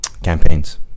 campaigns